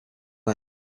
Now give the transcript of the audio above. wept